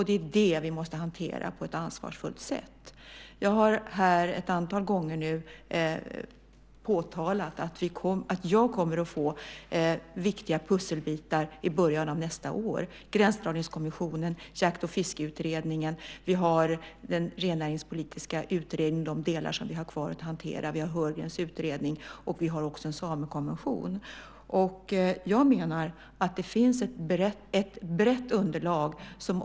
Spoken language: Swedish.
Det är det som vi på ett ansvarsfullt sätt måste hantera. Jag har nu ett antal gånger påtalat att jag kommer att få viktiga pusselbitar i början av nästa år. Vi har Gränsdragningskommissionen, Jakt och fiskerättsutredningen, den rennäringspolitiska utredningen - de delar som är kvar att hantera - och vi har Heurgrens utredning samt även en samekonvention. Jag menar att det finns ett brett underlag.